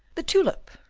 the tulip.